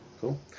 Cool